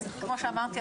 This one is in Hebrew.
שאמרתי,